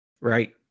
right